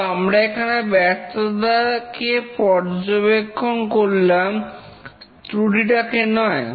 তো আমরা এখানে ব্যর্থতাকে পর্যবেক্ষণ করলাম ত্রুটিটাকে নয়